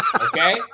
Okay